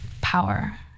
power